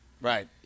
Right